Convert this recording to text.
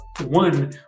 one